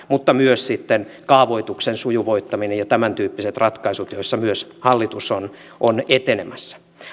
mutta myös sitten kaavoituksen sujuvoittaminen ja tämäntyyppiset ratkaisut joissa myös hallitus on on etenemässä